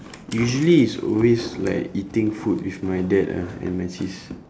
usually it's always like eating food with my dad ah and my sis